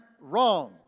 wrong